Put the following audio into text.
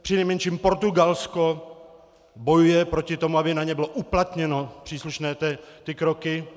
Přinejmenším Portugalsko bojuje proti tomu, aby na ně byly uplatněny příslušné kroky.